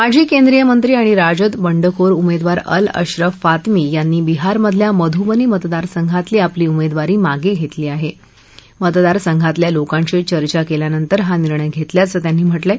माजी केंद्रीय मंत्री आणि राजद बंडखोर उमध्वार अल अश्रफ फातमी यांनी बिहारमधल्या मधुबनी मतदारसंघातली आपली उमद्वारी मागचित्तमी आह मतदार संघातल्या लोकांशी चर्चा कल्यावर हा निर्णय घरिक्याचं त्यांनी म्हटलंय